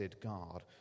God